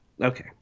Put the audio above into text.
Okay